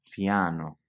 Fiano